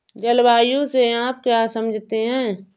जलवायु से आप क्या समझते हैं?